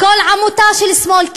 כל עמותה של שמאל,